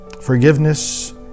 forgiveness